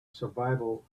survival